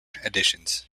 editions